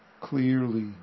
clearly